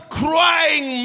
crying